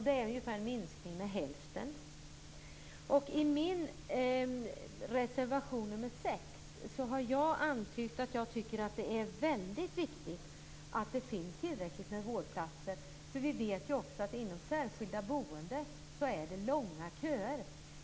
Det är en minskning med ungefär hälften. I min reservation nr 6 har jag antytt att det är väldigt viktigt att det finns tillräckligt med vårdplatser. Vi vet ju också att det är långa köer inom det särskilda boendet.